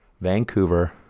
Vancouver